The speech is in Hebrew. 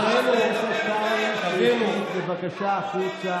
חבר הכנסת קרעי, חבר הכנסת קרעי, תצא בבקשה החוצה.